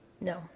No